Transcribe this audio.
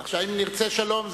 עכשיו, אם נרצה שלום,